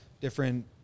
different